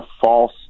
false